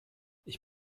ich